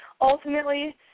Ultimately